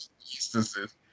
instances